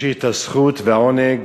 יש לי הזכות והעונג